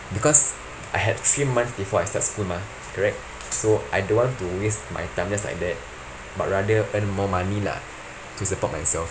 because I had three months before I start school mah correct so I don't want to waste my time just like that but rather earn more money lah to support myself